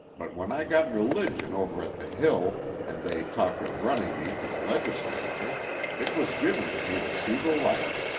but when i got religion over at the hill and they talked of running me for the legislature it was given to me to see the light.